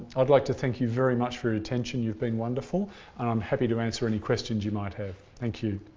i'd like to thank you very much for your attention. you've been wonderful and i'm happy to answer any questions you might have. thank you.